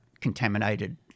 contaminated